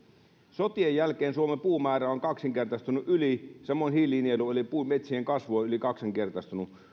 sotien jälkeen suomen puumäärä on yli kaksinkertaistunut samoin hiilinielu eli puun metsien kasvu on yli kaksinkertaistunut